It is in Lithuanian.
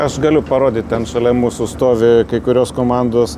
aš galiu parodyt ten šalia mūsų stovi kai kurios komandos